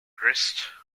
grist